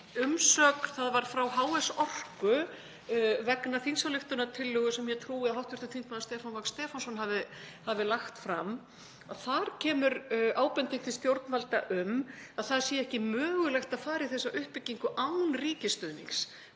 umsögn frá HS Orku vegna þingsályktunartillögu sem ég trúi að hv. þm. Stefán Vagn Stefánsson hafi lagt fram, ábending til stjórnvalda um að það sé ekki mögulegt að fara í þessa uppbyggingu án ríkisstuðnings